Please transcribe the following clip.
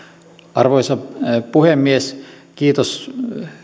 arvoisa puhemies kiitos